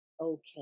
okay